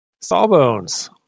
Sawbones